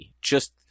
Just-